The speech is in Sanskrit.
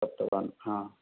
प्राप्तवान्